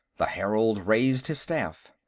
the herald raised his staff.